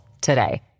today